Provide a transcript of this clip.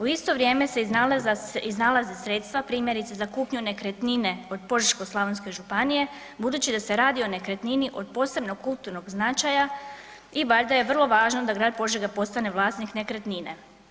U isto vrijeme iznalaze sredstva primjerice za kupnju nekretnine od Požeško-slavonske županije budući da se radi o nekretnini od posebno kulturnog značaja i valjda je vrlo važno da grad Požega postane vlasnik nekretnine.